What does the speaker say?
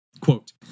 Quote